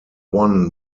won